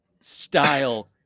style